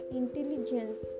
intelligence